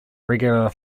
regular